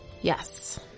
Yes